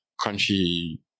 crunchy